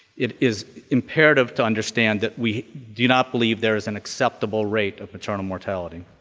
it is imperative to understand that we do not believe there is an acceptable rate of maternal mortality.